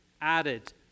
added